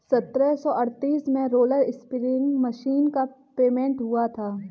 सत्रह सौ अड़तीस में रोलर स्पीनिंग मशीन का पेटेंट हुआ था